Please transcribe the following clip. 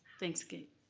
thanks again.